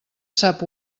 sap